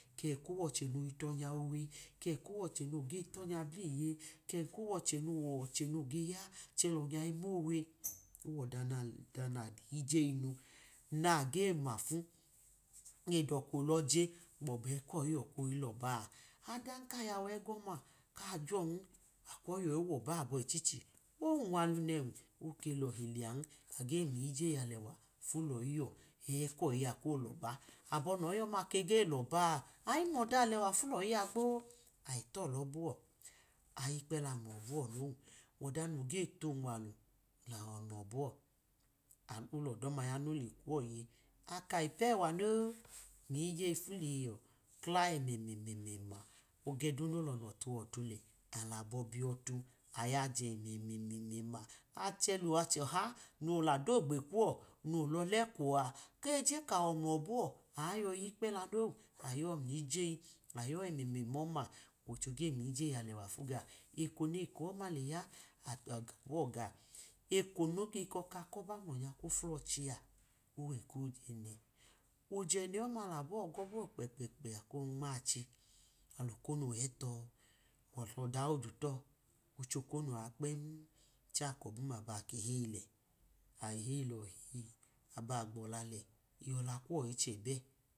Kẹ ko wọchẹ noge tọ nya owe kẹ ko wọchẹ noge tọ nya bliye, kẹ ko wọzhẹ noge ya che nya ge mowe, olọda na-na iyeyi nage mafu noyi dọka oloje gbobu koyi yọ koyi lọba a, ọdan ka yawu ẹgọma kajọn, kwoyi yọ wọba abọ uhiche, owunwalu nẹn, oke lohi lẹa age mliyiyeyi alẹwa fu lọyi yọ ẹ kọyi a ko lọba, abọ nọyi ya kege lọba a ayi mọd alewa fu loyi ya gbo, ayi tọ tọbọ, ayi yikpela mlọbọ no, ọa noyi lunwalu taọ mlọbọ, ọdọda duna ya noyi kwoyiye, aka ipu ẹwa non, miyijeyi fu liyiyo, kla ẹmẹmẹma, egẹ du no lọnọ tuwọ otu alabọ biyọtu ayaje himm-ma ache lace oha no wadogbe kuwọ nolọlẹ kwuọ a keje kawọ mlọbuọ ayọyi yikpẹla non, ayọ mliyeji ayọ emema ọma ocho ge miyiyeyi alẹwa fu gaọ, eko neko ọma leya nọbọ ga eko nege kọka kọba mlọ nya kofulochi a ojẹnẹ, ojẹnẹ ọma alabọ gọbọ kpẹkpẹ ako nma-achi, alolonu hẹtọ ake lo daudu tọ ochokonu kpem, chẹ akobum abake heyi lẹ? Aheyi lohii, aba gbọla lẹ iyọla ko ichẹ bẹ.